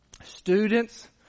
Students